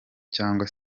cyangwa